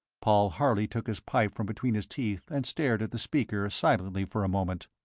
paul harley took his pipe from between his teeth and stared at the speaker silently for a moment.